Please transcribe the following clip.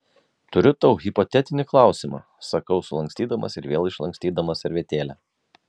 turiu tau hipotetinį klausimą sakau sulankstydamas ir vėl išlankstydamas servetėlę